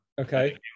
Okay